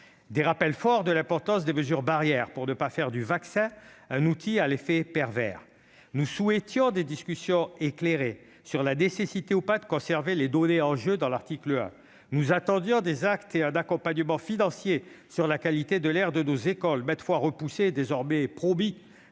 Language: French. des rappels forts de l'importance des mesures barrières pour ne pas transformer le vaccin en un outil à l'effet pervers. Nous souhaitions des discussions éclairées sur la nécessité ou l'absence de nécessité de conserver les données en jeu dans l'article 1. Nous attendions des actes et un accompagnement financier sur la qualité de l'air dans nos écoles, maintes fois repoussés et promis